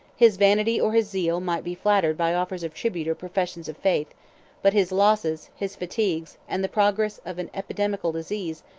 his vanity or his zeal might be flattered by offers of tribute or professions of faith but his losses, his fatigues, and the progress of an epidemical disease,